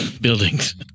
buildings